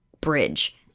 bridge